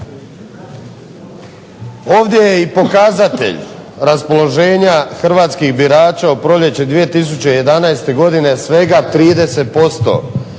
Ovdje je i pokazatelj raspoloženja hrvatskih birača u proljeće 2011 godine svega 30%